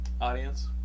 Audience